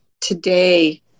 today